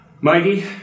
Mikey